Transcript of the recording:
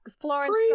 florence